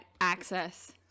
access